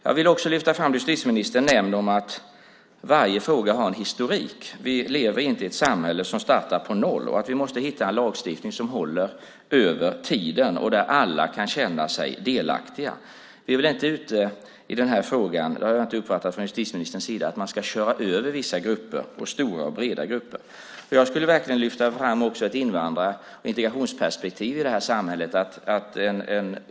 Jag vill också lyfta fram det justitieministern nämner om att varje fråga har en historia, att vi inte lever i ett samhälle som startar på noll och att vi måste hitta en lagstiftning som håller över tiden där alla kan känna sig delaktiga. I den här frågan är vi inte ute efter att köra över vissa stora och breda grupper. Så har jag inte uppfattat justitieministern. Jag vill också lyfta fram ett invandrar och integrationsperspektiv här.